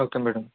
okay madam